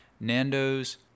Nando's